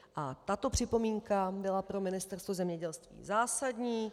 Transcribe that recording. A tato připomínka byla pro Ministerstvo zemědělství zásadní.